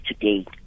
today